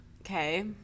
Okay